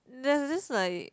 there's this like